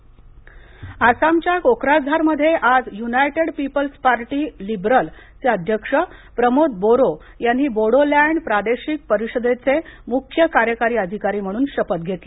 शपथ आसामच्या कोक्राझारमध्ये आज युनायटेड पीपल्स पार्टी लिबरलचे अध्यक्ष प्रमोद बोरो यांनी बोडोलॅड प्रादेशिक परिषदचे मुख्य कार्यकारी अधिकारी म्हणून शपथ घेतली